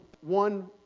one